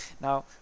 Now